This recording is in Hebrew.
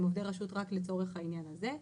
הם עובדי רשות רק לצורך העניין הזה.